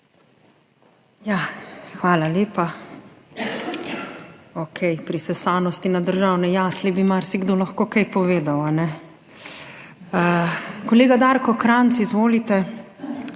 hvala lepa. Okej, prisesanosti na državne jasli, bi marsikdo lahko kaj povedal. Kolega Darko Krajnc, izvolite.